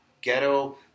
ghetto